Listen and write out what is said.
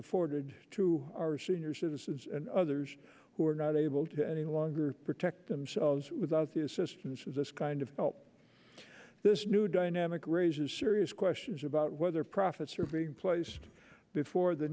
afforded to our senior citizens and others who are not able to any longer protech themselves without the assistance of this kind of help this new dynamic raises serious questions about whether profits are being placed before the